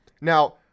Now